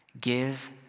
give